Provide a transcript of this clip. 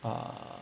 err